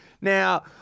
Now